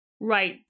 Right